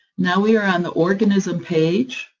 now, we are on the organism page.